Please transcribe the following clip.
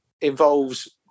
involves